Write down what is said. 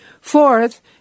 Fourth